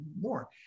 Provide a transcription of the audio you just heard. more